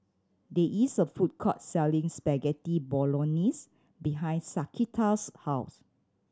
there is a food court selling Spaghetti Bolognese behind Shaquita's house